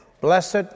Blessed